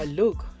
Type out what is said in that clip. look